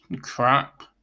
crap